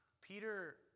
Peter